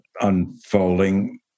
unfolding